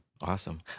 Awesome